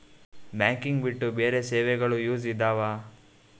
Banking ಬಿಟ್ಟು ಬೇರೆ ಸೇವೆಗಳು ಯೂಸ್ ಇದಾವ?